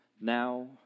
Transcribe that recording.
now